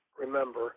remember